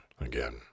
again